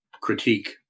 critique